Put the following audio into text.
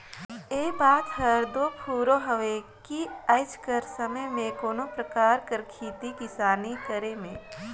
ए बात हर दो फुरों हवे कि आएज कर समे में कोनो परकार कर खेती किसानी करे में